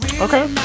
Okay